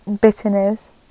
bitterness